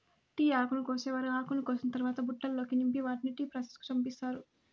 tea ఆకును కోసేవారు ఆకును కోసిన తరవాత బుట్టలల్లో నింపి వాటిని టీ ప్రాసెస్ కు పంపిత్తారు